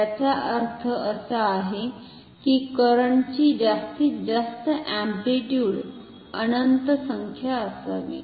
याचा अर्थ असा आहे की करंटची जास्तीत जास्त अम्प्लिट्युड अनंत संख्या असावी